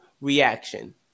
reaction